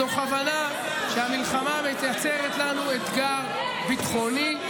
מתוך הבנה שהמלחמה מייצרת לנו אתגר ביטחוני,